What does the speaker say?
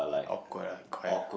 awkward ah quite ah